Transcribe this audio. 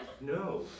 No